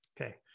Okay